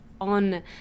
on